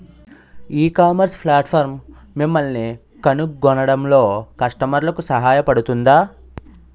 ఈ ecommerce platform మిమ్మల్ని కనుగొనడంలో కస్టమర్లకు సహాయపడుతుందా?